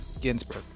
Ginsburg